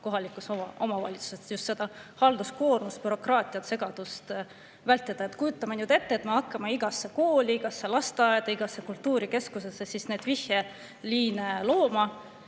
kohalikus omavalitsuses, et just seda halduskoormust, bürokraatiat, segadust vältida. Kujutame ette, et me hakkame igasse kooli, igasse lasteaeda, igasse kultuurikeskusesse neid vihjeliine looma,